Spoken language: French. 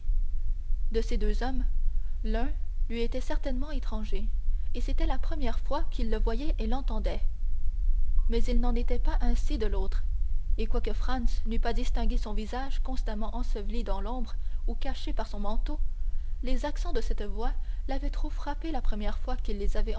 de ces deux hommes l'un lui était certainement étranger et c'était la première fois qu'il le voyait et l'entendait mais il n'en était pas ainsi de l'autre et quoique franz n'eût pas distingué son visage constamment enseveli dans l'ombre ou caché par son manteau les accents de cette voix l'avaient trop frappé la première fois qu'il les avait